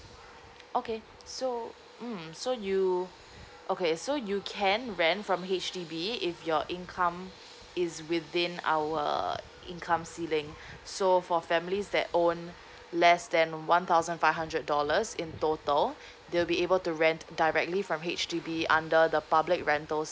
okay so mm so you okay so you can rent from H_D_B if your income is within our income ceiling so for families that own less than one thousand five hundred dollars in total they'll be able to rent directly from H_D_B under the public rentals